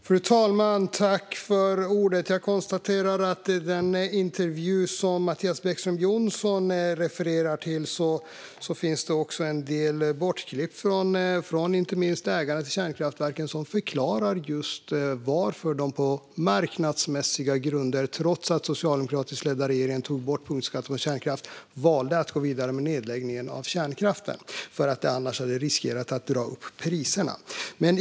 Fru talman! Jag konstaterar att i den intervju som Mattias Bäckström Johansson refererar till är det en del som är bortklippt, inte minst från ägarna till kärnkraftverken som förklarar varför de på marknadsmässiga grunder, trots att den socialdemokratiskt ledda regeringen tog bort punktskatten på kärnkraft, valde att gå vidare med nedläggningen av kärnkraften, för att man annars riskerade en prishöjning.